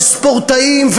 וספורטאים,